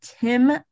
Tim